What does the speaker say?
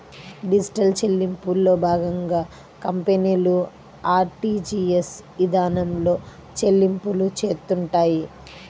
digital చెల్లింపుల్లో భాగంగా కంపెనీలు ఆర్టీజీయస్ ఇదానంలో చెల్లింపులు చేత్తుంటాయి